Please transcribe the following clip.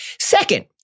Second